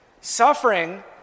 suffering